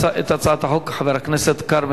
הצעת חוק פ/3046/18 של חבר הכנסת כרמל